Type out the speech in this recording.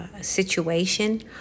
situation